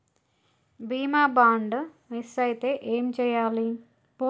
బీమా bond miss అయితే ఏం చేయాలి?